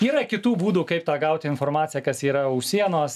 yra kitų būdų kaip tą gauti informaciją kas yra už sienos